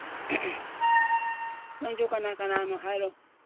ꯅꯪꯁꯨ ꯀꯅꯥ ꯀꯅꯥꯅꯣ ꯍꯥꯏꯔꯣ